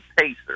Pacers